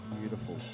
beautiful